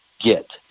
get